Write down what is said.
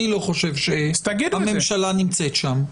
אני לא חושב שהממשלה נמצאת שם,